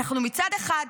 מצד אחד,